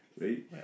right